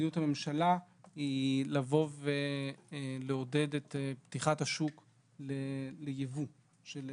מדיניות הממשלה היא לבוא ולעודד את פתיחת השוק לייבוא של מוצרים.